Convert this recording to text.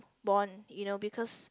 bond you know because